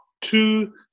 two